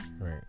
Right